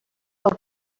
del